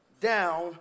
down